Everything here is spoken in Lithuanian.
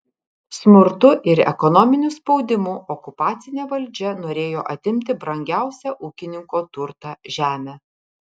smurtu ir ekonominiu spaudimu okupacinė valdžia norėjo atimti brangiausią ūkininko turtą žemę